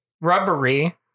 rubbery